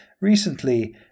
Recently